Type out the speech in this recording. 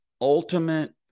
ultimate